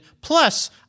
plus